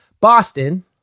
Boston